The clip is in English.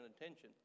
attention